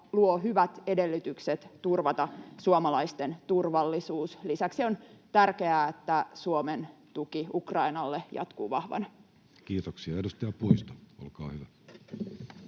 luo hyvät edellytykset turvata suomalaisten turvallisuus. Lisäksi on tärkeää, että Suomen tuki Ukrainalle jatkuu vahvana. Kiitoksia. — Edustaja Puisto, olkaa hyvä.